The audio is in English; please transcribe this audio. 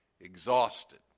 exhausted